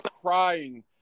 crying